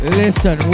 listen